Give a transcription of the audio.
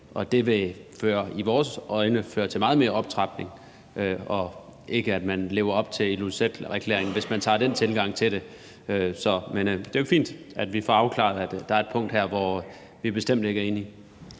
det vil i vores øjne føre til meget mere optrapning og ikke, at man lever op til Ilulissaterklæringen, hvis man har den tilgang til det. Men det er jo fint, at vi får afklaret, at der er et punkt her, hvor vi bestemt ikke er enige.